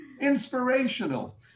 inspirational